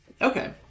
Okay